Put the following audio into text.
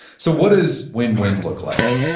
so, what does win-win look like?